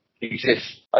exist